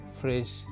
fresh